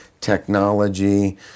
technology